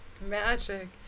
Magic